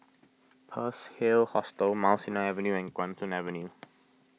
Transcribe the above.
Pearl's Hill Hostel Mount Sinai Avenue and Guan Soon Avenue